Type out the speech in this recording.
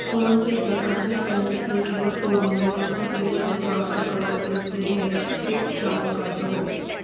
PhonePe 'ਤੇ ਆਖਰੀ scan ਕੀਤੇ ਕਿਊ ਆਰ ਕੋਡ ਨੂੰ ਨੌ ਸੌ ਰੁਪਏ ਹੋਰ ਟ੍ਰਾਂਸਫਰ ਕਰੋ ਅਤੇ ਉਸ ਦੇ ਹੇਠ ਟਿਪ ਸ਼ਾਮਿਲ ਕਰ ਦਵੋ